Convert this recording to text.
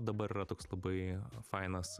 dabar yra toks labai fainas